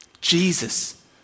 Jesus